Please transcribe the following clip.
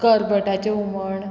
करबटाचें हुमण